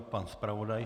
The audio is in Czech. Pan zpravodaj.